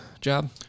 job